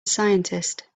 scientist